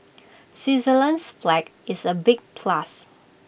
Switzerland's flag is A big plus